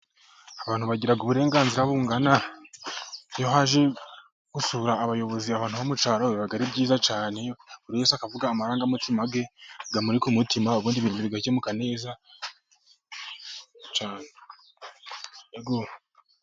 Abantu bagira uburenganzira bungana, iyo haje gusura abayobozi abantu bo mu cyaro, biba ari byiza cyane iyo buri wese avuga amarangamutima amuri ku mutima ubundi ibintu bigakemuka neza.